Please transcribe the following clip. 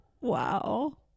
Wow